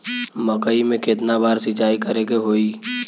मकई में केतना बार सिंचाई करे के होई?